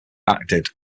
acted